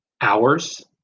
hours